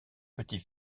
petit